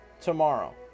tomorrow